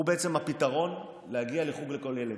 הוא למעשה הפתרון להגיע לחוג לכל ילד.